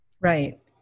Right